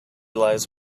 lies